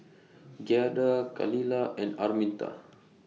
Giada Khalilah and Arminta